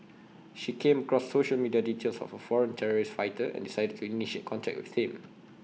she came across social media details of A foreign terrorist fighter and decided to initiate contact with him